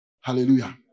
Hallelujah